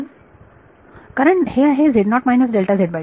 विद्यार्थी 1